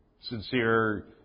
sincere